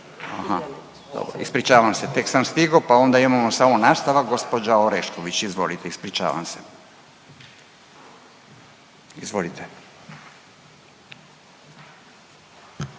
Ispričavam se tek sam stigao pa onda imamo samo nastavak, gospođa Orešković. Izvolite, ispričavam se. Izvolite.